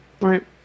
Right